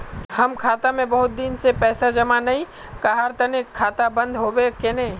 हम खाता में बहुत दिन से पैसा जमा नय कहार तने खाता बंद होबे केने?